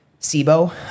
SIBO